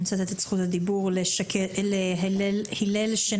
אני רוצה לתת את רשות הדיבור להלל שינקולבסקי,